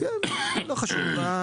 לא חשוב.